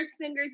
singers